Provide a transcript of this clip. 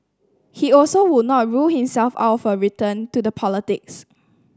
he also would not rule himself out of a return to the politics